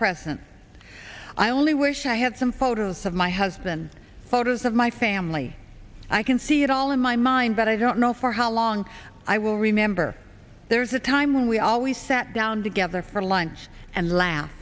present i only wish i had some photos of my husband photos of my family i can see it all in my mind but i don't know for how long i will remember there's a time when we always sat down together for lunch and la